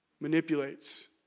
manipulates